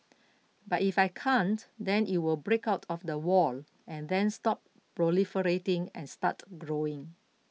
but if I can't then it will break out of the wall and then stop proliferating and start growing